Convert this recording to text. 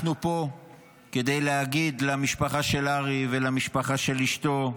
אנחנו פה כדי להגיד למשפחה של ארי ולמשפחה של אשתו,